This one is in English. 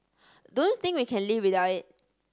don't think we can live without it